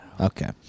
Okay